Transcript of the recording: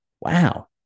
wow